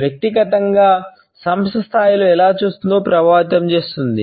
వ్యక్తిగతంగా సంస్థ స్థాయిలో ఎలా చూస్తుందో ప్రభావితం చేస్తుంది